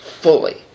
fully